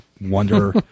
wonder